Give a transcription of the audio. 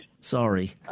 Sorry